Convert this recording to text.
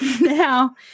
now